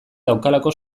daukalako